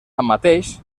tanmateix